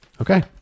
Okay